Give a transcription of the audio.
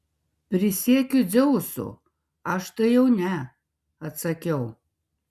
prisiekiu dzeusu aš tai jau ne atsakiau